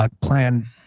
plan